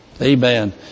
Amen